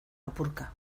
apurka